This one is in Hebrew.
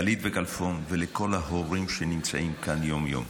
גלית וכלפון וכל ההורים שנמצאים כאן יום-יום: